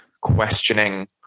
questioning